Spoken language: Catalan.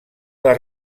les